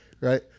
right